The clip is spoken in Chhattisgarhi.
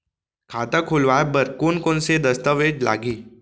खाता खोलवाय बर कोन कोन से दस्तावेज लागही?